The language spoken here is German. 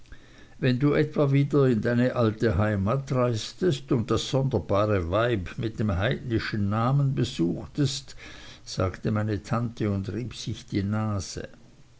wenn du etwa wieder in deine alte heimat reistest und das sonderbare weib mit dem heidnischen namen besuchtest sagte meine tante und rieb sich die nase